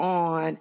on